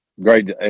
Great